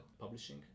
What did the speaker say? Publishing